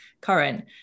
current